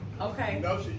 Okay